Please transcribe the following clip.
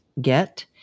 get